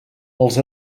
els